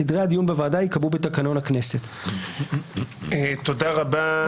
סדרי הדיון בוועדה ייקבעו בתקנון הכנסת." תודה רבה.